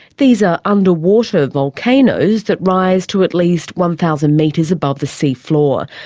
these are underwater volcanoes that rise to at least one thousand metres above the sea floor.